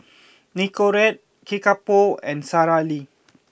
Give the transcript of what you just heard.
Nicorette Kickapoo and Sara Lee